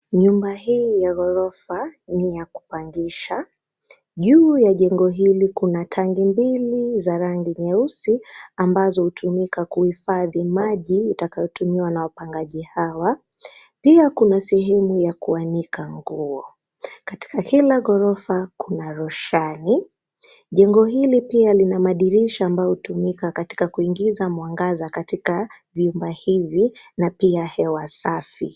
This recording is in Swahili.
Nyumba hii ya ghorofa ni ya kupangisha. Juu ya jengo hili kuna tanki mbili za rangi nyeusi ambazo hutumika kuhifadhi maji yatakayotumiwa na wapangaji hawa. Pia kuna sehemu ya kuanika nguo. Katika kila ghorofa kuna roshani. Jengo hili pia lina madirisha ambayo hutumika katika kuingiza mwangaza katika vyumba hivi na pia hewa safi.